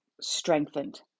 strengthened